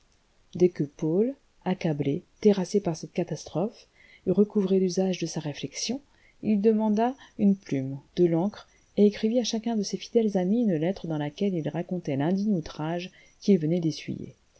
dès que paul accablé terrassé par cette catastrophe eut recouvré l'usage de sa réflexion il demanda une plume de l'encre et écrivit à chacun de ses fidèles amis une lettre dans laquelle il racontait l'indigne outrage qu'il venait d'essuyer